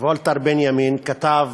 ולטר בנימין כתב